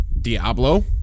Diablo